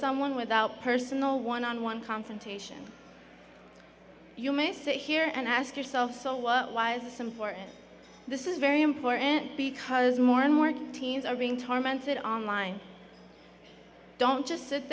someone without personal one on one consultation you may sit here and ask yourself this is very important because more and more teens are being tormented online don't just sit